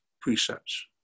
precepts